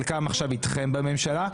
חלקם עכשיו אתכם בממשלה,